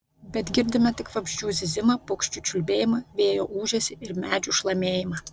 bet girdime tik vabzdžių zyzimą paukščių čiulbėjimą vėjo ūžesį ir medžių šlamėjimą